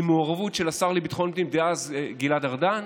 עם מעורבות של השר לביטחון פנים דאז גלעד ארדן,